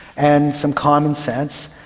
and some common sense.